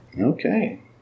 Okay